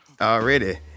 already